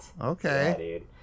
Okay